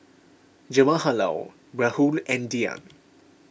Jawaharlal Rahul and Dhyan